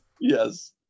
Yes